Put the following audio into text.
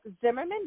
Zimmerman